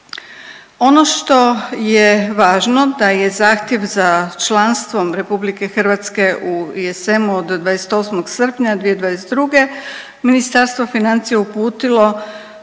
Ono što je važno da je zahtjev za članstvom RH u ESM-u do 28. srpnja 2022. Ministarstvo financija uputilo